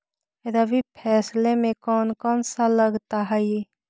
रबी फैसले मे कोन कोन सा लगता हाइय?